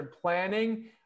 planning